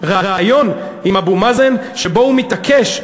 ריאיון עם אבו מאזן שבו הוא מתעקש,